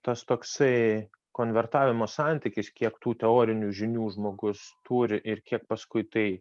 tas toksai konvertavimo santykis kiek tų teorinių žinių žmogus turi ir kiek paskui tai